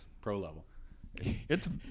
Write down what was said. Pro-level